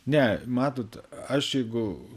ne matot aš jeigu